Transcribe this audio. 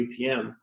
UPM